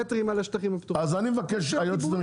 מה זאת אומרת אין מה לעשות?